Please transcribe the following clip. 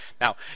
Now